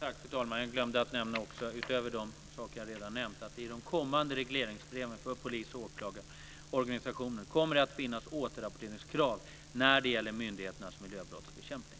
Fru talman! Jag glömde att nämna, utöver de saker jag redan nämnt, att i de kommande regleringsbreven för polis och åklagarorganisationen kommer det att finnas återrapporteringskrav när det gäller myndigheternas miljöbrottsbekämpning.